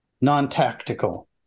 non-tactical